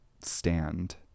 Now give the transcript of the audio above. stand